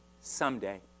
Someday